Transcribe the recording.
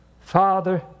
Father